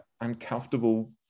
uncomfortable